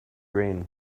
rain